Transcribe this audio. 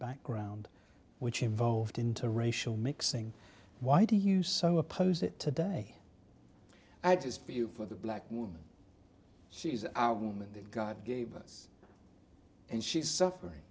background which evolved into racial mixing why do you so oppose it today i just view for the black woman she is our woman that god gave us and she is suffering